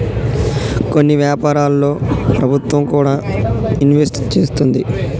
కొన్ని వ్యాపారాల్లో ప్రభుత్వం కూడా ఇన్వెస్ట్ చేస్తుంది